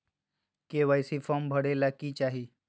KYC form भरे ले कि चाही?